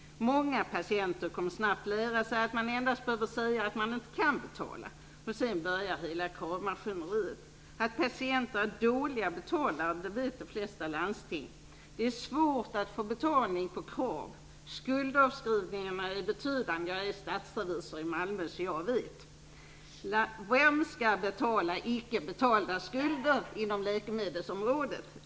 Många patienter kommer snabbt lära sig att man endast behöver säga att man inte kan betala. Sedan börjar hela kravmaskineriet. Att patienter är dåliga betalare vet de flesta landsting. Det är svårt att få betalning på krav. Skuldavskrivningarna är betydande. Jag är stadsrevisor i Malmö, så jag vet. Vem skall betala icke betalda skulder inom läkemedelsområdet?